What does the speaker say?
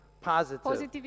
positive